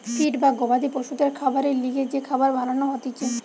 feed বা গবাদি পশুদের খাবারের লিগে যে খাবার বানান হতিছে